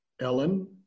Ellen